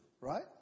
right